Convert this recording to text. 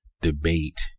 debate